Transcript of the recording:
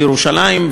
בירושלים,